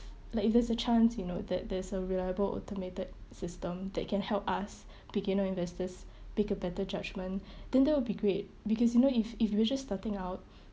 like if there's a chance you know there there's a reliable automated system that can help us beginner investors pick a better judgment then that will be great because you know if if you were just starting out